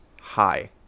hi